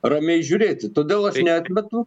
ramiai žiūrėti todėl aš neatmetu